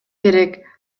керек